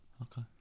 Okay